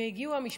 והגיעו המשפחות,